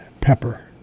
Pepper